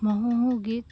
মহোহো গীত